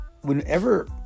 Whenever